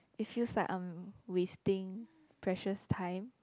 it feels like I'm wasting precious time